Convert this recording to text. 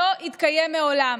שלא התקיים מעולם.